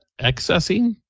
excessing